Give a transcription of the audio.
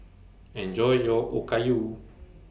Enjoy your Okayu